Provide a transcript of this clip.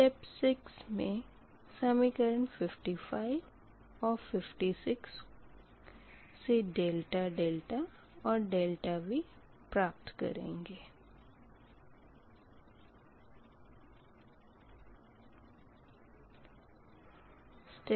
step 6 मे समीकरण 55 और 56 को ∆δ और ∆V प्राप्त करने के लिए हल करेंगे